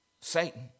Satan